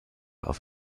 auf